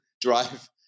drive